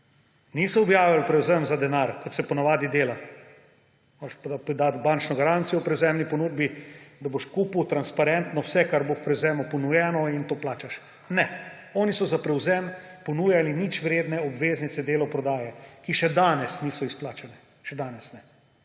Niso objavili prevzema za denar, kot se ponavadi dela. Moraš dati bančno garancijo o prevzemni ponudbi, da boš kupil transparentno vse, kar bo v prevzemu ponujeno, in to plačaš. Ne, oni so za prevzem ponujali ničvredne obveznice podjetja Delo prodaja, ki še danes niso izplačane, še danes ne.